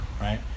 right